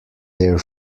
their